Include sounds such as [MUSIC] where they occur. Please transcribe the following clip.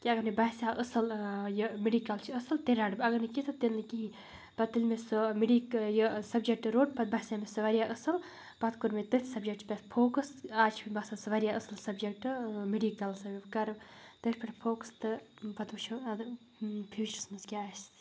کہِ اگر مےٚ باسیٛوو اَصٕل یہِ مٮ۪ڈِکَل چھِ اَصٕل تیٚلہِ رَٹہٕ بہٕ اگر نہٕ کینٛہہ تہٕ تیٚلہِ نہٕ کِہیٖنۍ پَتہٕ ییٚلہِ مےٚ سُہ مٮ۪ڈی یہِ سبجَکٹ روٚٹ پَتہٕ باسے مےٚ سُہ واریاہ اَصٕل پَتہٕ کوٚر مےٚ تٔتھۍ سَبجکٹ پٮ۪ٹھ فوکَس اَز چھِ مےٚ باسان سُہ واریاہ اَصٕل سَبجَکٹ مٮ۪ڈِکَلَس [UNINTELLIGIBLE] بہٕ کَرٕ تٔتھۍ پٮ۪ٹھ فوکَس تہٕ پَتہٕ وٕچھو اَدٕ فیوٗچرَس منٛز کیٛاہ آسہِ